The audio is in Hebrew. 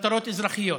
למטרות אזרחיות.